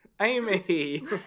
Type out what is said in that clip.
Amy